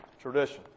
tradition